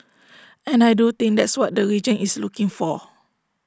and I do think that's what the region is looking for